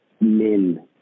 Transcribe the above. men